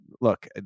look